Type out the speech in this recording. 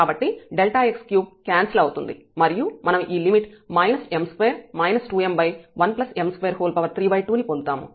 కాబట్టి Δx3 cancel అవుతుంది మరియు మనం లిమిట్ m2 2m1m232 ని పొందుతాము